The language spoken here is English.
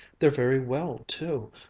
they're very well too.